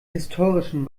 historischen